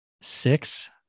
six